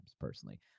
personally